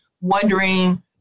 wondering